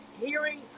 hearing